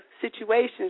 situations